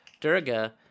Durga